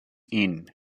inn